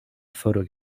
photo